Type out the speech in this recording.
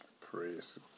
Praise